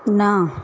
न